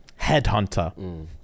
Headhunter